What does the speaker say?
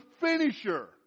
finisher